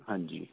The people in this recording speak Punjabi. ਹਾਂਜੀ